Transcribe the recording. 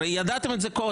הרי ידעתם את זה קודם,